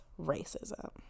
racism